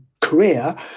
career